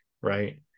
right